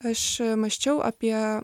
aš mąsčiau apie